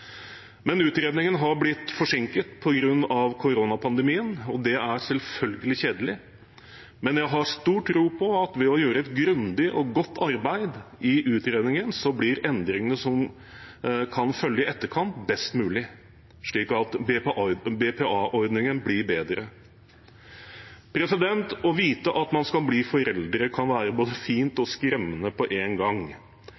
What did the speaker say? Utredningen har blitt forsinket på grunn av koronapandemien, og det er selvfølgelig kjedelig, men jeg har stor tro på at ved å gjøre et grundig og godt arbeid i utredningen blir endringene som kan følge i etterkant, best mulig, slik at BPA-ordningen blir bedre. Å vite at man skal bli foreldre, kan være både fint